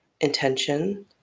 intention